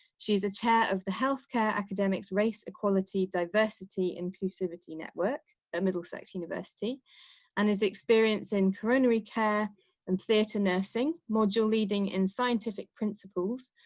she is a chair of the healthcare academics, race, equality, diversity, inclusivity, network at ah middlesex university and his experience in coronary care and theatre nursing module leading in scientific principles,